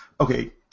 Okay